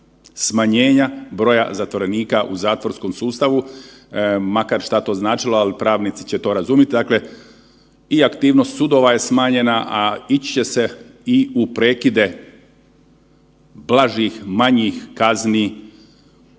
smanjenja broja zatvorenika u zatvorskom sustavu, makar šta to značilo, ali pravnici će to razumiti, dakle i aktivnost sudova je smanjena, a ići će se i u prekide blažih manjih kazni tamo gdje